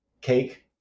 cake